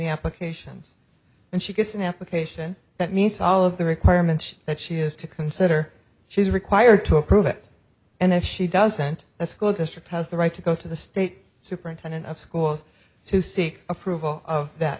the applications and she gets an application that meets all of the requirements that she has to consider she's required took prove it and if she doesn't that school district has the right to go to the state superintendent of schools to seek approval of that